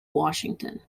washington